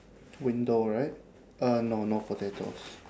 window right uh no no potatoes